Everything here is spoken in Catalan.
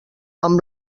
amb